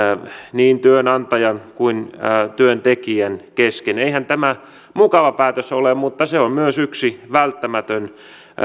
niin työnantajan kuin työntekijänkin kesken eihän tämä mukava päätös ole mutta se on myös yksi välttämätön